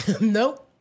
Nope